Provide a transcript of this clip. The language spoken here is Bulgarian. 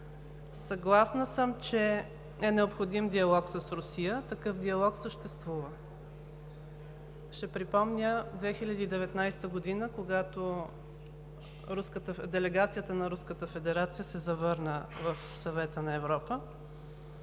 Съгласна съм, че е необходим диалог с Русия. Такъв диалог съществува. Ще припомня 2019 г., когато делегацията на Руската федерация се завърна в Съвета на Европа,